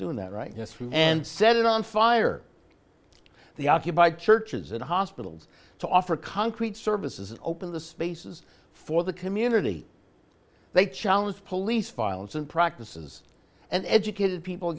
doing that right and set it on fire they occupied churches and hospitals to offer concrete services open the spaces for the community they challenge police violence and practices and educated people